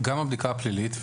גם הבדיקה הפלילית,